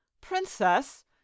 Princess